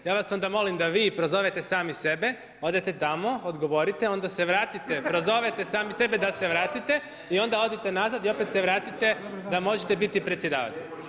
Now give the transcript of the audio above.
Ja vas onda molim da vi prozovete sami sebe, odete tamo, odgovorite, onda se vratite, prozovete sami sebe da se vratite i onda odite nazad i opet se vratite da možete biti predsjedavatelj.